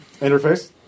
Interface